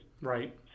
Right